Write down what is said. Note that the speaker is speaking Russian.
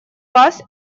вас